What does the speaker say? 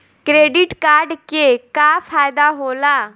Credit card के का फायदा होला?